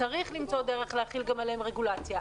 צריך למצוא דרך להחיל גם עליהם רגולציה.